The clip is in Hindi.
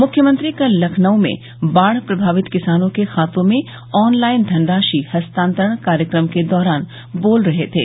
मुख्यमंत्री कल लखनऊ में बाढ़ प्रभावित किसानों के खातों में ऑनलाइन धनराशि हस्तांतरण कार्यक्रम के दौरान बोल रहे थे